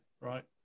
Right